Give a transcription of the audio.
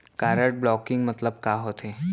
Card blocking मतलब का होथे?